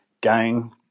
gang